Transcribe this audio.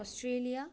Australia